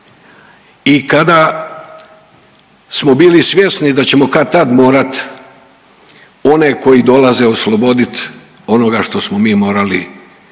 i kada smo bili svjesni da ćemo kad-tad morat one koji dolaze oslobodit onoga što smo mi morali učiniti,